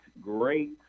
great